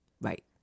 Right